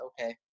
okay